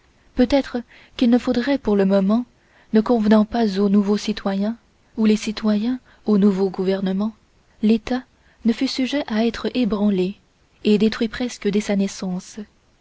peut-être qu'il ne faudrait pour le moment ne convenant pas aux nouveaux citoyens ou les citoyens au nouveau gouvernement l'état ne fût sujet à être ébranlé et détruit presque dès sa naissance